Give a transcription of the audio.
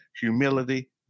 humility